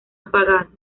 apagados